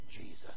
Jesus